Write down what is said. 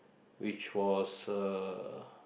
which was uh